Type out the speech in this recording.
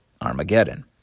Armageddon